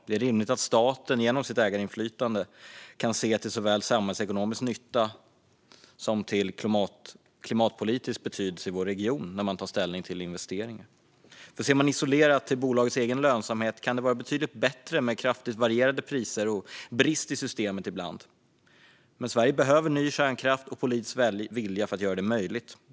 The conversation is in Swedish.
Det är rimligt att staten genom sitt ägarinflytande kan se till såväl samhällsekonomisk nytta som till klimatpolitisk betydelse i vår region när man tar ställning till investeringar. Ser man isolerat till bolagets egen lönsamhet kan det vara betydligt bättre med kraftigt varierade priser och brist i systemet ibland. Men Sverige behöver ny kärnkraft och politisk vilja för att göra detta möjligt.